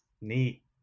Neat